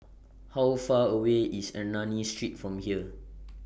How Far away IS Ernani Street from here